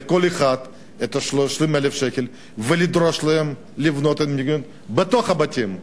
לתת לכל אחד את 30,000 השקלים ולדרוש מהם לבנות את המיגונית בתוך הבתים?